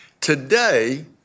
Today